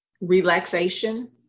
relaxation